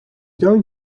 going